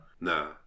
Nah